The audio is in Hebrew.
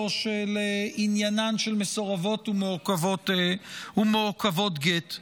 של עניינן של מסורבות ומעוכבות גט.